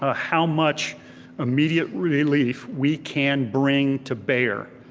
ah how much immediate relief we can bring to bear.